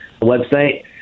website